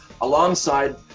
alongside